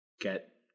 get